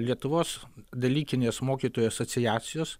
lietuvos dalykinės mokytojų asociacijos